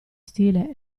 stile